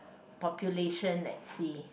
population at sea